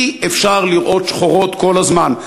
אי-אפשר לראות שחורות כל הזמן.